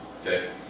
okay